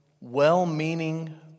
well-meaning